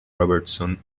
robertson